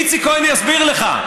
איציק כהן יסביר לך.